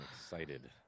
excited